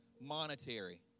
monetary